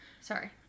Sorry